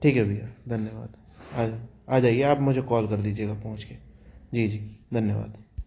ठीक है भईया धन्यवाद आ आ जाइये आप मुझे कॉल कर लीजियेगा पहुँच के जी जी धन्यवाद